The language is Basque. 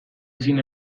ezin